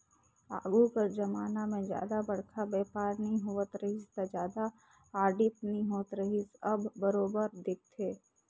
आघु कर जमाना में जादा बड़खा बयपार नी होवत रहिस ता जादा आडिट नी होत रिहिस अब बरोबर देखथे